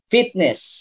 Fitness